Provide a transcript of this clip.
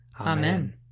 Amen